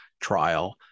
trial